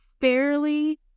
fairly